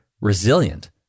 resilient